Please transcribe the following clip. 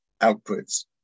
outputs